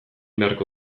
beharko